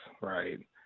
right